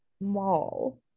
mall